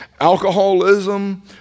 alcoholism